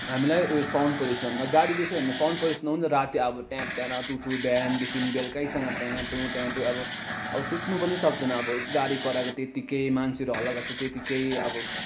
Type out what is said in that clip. हामीलाई उयो sound pollution गाडी बेसी भयो भने त साउन्ड पल्युसन हुन्छ राति अब ट्याँट्याँ र टुँटुँ बिहानदेखि बेलुकैसम्म ट्याँटुँ ट्याँटुँ अब अब सुत्नु पनि सक्दैन अब गाडी कराएको त्यतिकै मान्छेहरू हल्ला गर्छ त्यतिकै अब